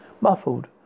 Muffled